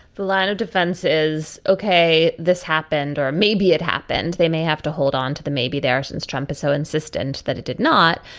the line of defense is, okay, this happened or maybe it happened. they may have to hold on to the maybe there, since trump is so insistent that it did not.